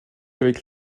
avec